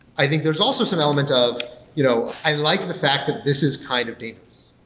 i think there's also some element ah of you know i like the fact that this is kind of dangerous.